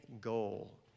goal